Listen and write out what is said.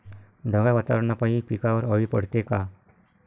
ढगाळ वातावरनापाई पिकावर अळी पडते का?